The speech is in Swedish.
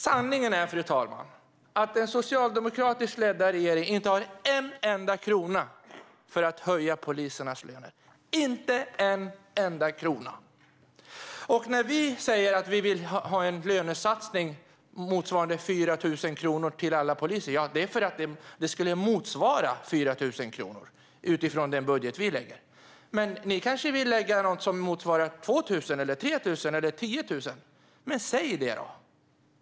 Sanningen är, fru talman, att den socialdemokratiskt ledda regeringen inte har en enda krona för att höja polisernas löner - inte en enda krona! Vi vill ha en lönesatsning motsvarande 4 000 kronor till alla poliser, och det skulle motsvara 4 000 kronor utifrån den budget vi lägger fram. Ni kanske vill satsa 2 000, 3 000 eller 10 000, men säg det då!